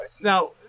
Now